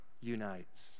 unites